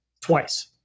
twice